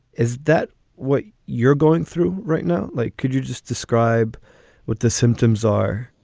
is that what you're going through right now? like, could you just describe what the symptoms are?